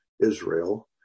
israel